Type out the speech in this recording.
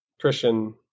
Christian